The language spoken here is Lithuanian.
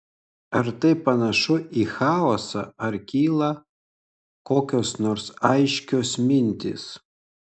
ar tai panašu į chaosą ar kyla kokios nors aiškios mintys